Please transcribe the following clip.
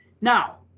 Now